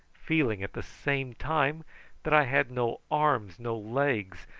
feeling at the same time that i had no arms, no legs,